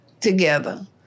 together